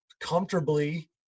comfortably